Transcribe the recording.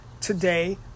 today